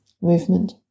movement